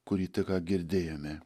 kurį tik ką girdėjome